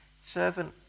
servant